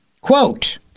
Quote